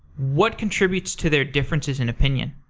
what contributes to their differences and opinion?